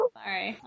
sorry